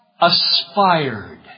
aspired